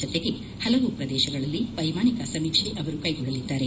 ಜತೆಗೆ ಹಲವು ಪ್ರದೇಶಗಳಲ್ಲಿ ವೈಮಾನಿಕ ಸಮೀಕ್ಷೆ ಕೈಗೊಳ್ಳಲಿದ್ದಾರೆ